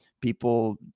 people